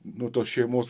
nu tos šeimos